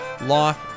life